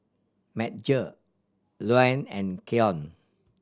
Madge Luann and Keyon